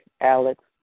Alex